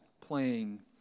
playing